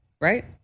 right